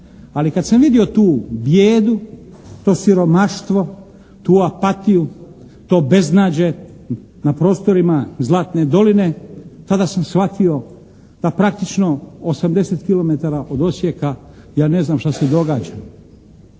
Ali kad sam vidio tu bijedu, to siromaštvo, tu apatiju, to beznađe na prostorima «Zlatne doline» tada sam shvatio da praktično 80 kilometara od Osijeka ja ne znam šta se događa?